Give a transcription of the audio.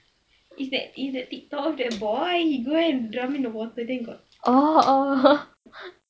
is that is the TikTok the boy go and jump into the water then got